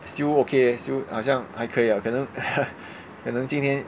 still okay eh still 好像还可以 ah 可能 可能今天